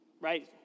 right